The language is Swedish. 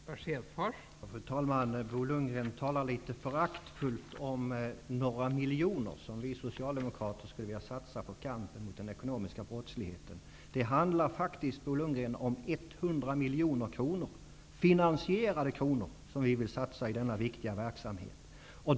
Fru talman! Bo Lundgren talar litet föraktfullt om några miljoner, som vi socialdemokrater skulle vilja satsa på kampen mot den ekonomiska brottsligheten. Det handlar faktiskt, Bo Lundgren, om 100 miljoner kronor, finansierade kronor, som vi vill satsa på denna viktiga verksamhet.